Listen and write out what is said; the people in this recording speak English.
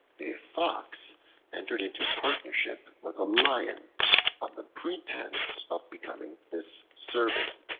a fox entered into partnership with a lion on the pretense of becoming his servant.